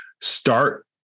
start